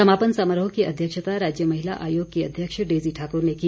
समापन समारोह की अध्यक्षता राज्य महिला आयोग की अध्यक्ष डेजी ठाक्र ने की